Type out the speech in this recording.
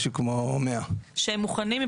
זה משהו כמו 100. הם מוכנים,